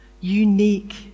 unique